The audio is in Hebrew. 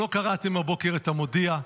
שלא קראתם הבוקר את המודיע,